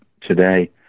today